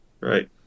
Right